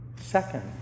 Second